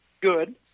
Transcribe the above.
Good